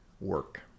work